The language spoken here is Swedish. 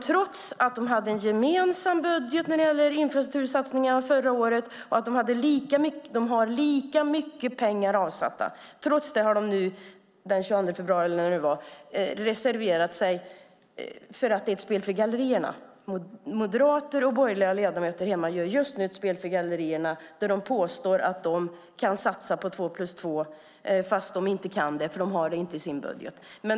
Trots att de hade en gemensam budget för infrastruktursatsningarna förra året och hade lika mycket pengar avsatta reserverade de sig den 22 februari. Moderater och andra borgerliga ledamöter ägnar sig åt ett spel för gallerierna när de påstår att de kan satsa på två-plus-två-väg fast de inte kan det, för de har det inte i sin budget.